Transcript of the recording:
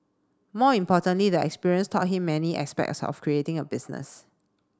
more importantly the experience taught him many aspects of creating a business